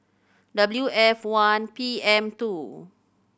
W F one P M two